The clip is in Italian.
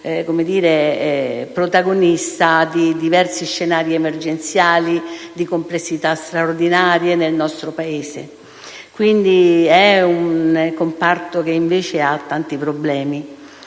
è stato protagonista di diversi scenari emergenziali e di complessità straordinarie nel nostro Paese. È un comparto, però, che ha tanti problemi.